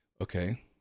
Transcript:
Okay